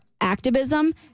activism